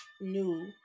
new